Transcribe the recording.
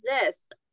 exist